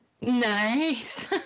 Nice